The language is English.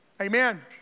Amen